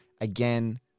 again